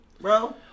bro